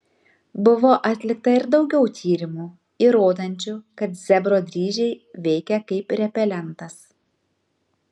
buvo atlikta ir daugiau tyrimų įrodančių kad zebro dryžiai veikia kaip repelentas